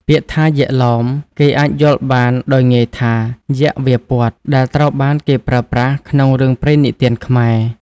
ពាក្យថា "យក្ខឡោម" គេអាចយល់បានដោយងាយថា "យក្ខវាព័ទ្ធ" ដែលត្រូវបានគេប្រើប្រាស់ក្នុងរឿងព្រេងនិទានខ្មែរ។